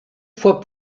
fois